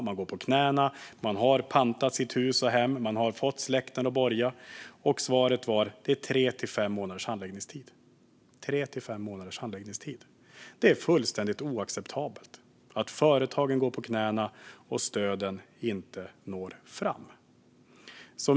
Man går på knäna, man har pantat sitt hus och hem och man har fått släkten att borga. Svaret var att det är tre till fem månaders handläggningstid. Det är fullständigt oacceptabelt att företagen går på knäna och att stöden inte når fram.